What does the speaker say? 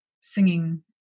singing